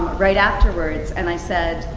right afterwards. and i said,